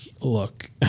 look